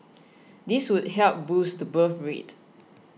this would help boost the birth rate